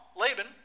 Laban